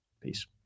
peace